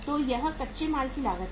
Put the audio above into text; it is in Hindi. तो यह कच्चे माल की लागत है